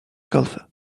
golfer